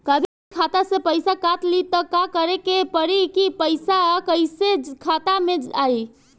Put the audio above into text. कभी खाता से पैसा काट लि त का करे के पड़ी कि पैसा कईसे खाता मे आई?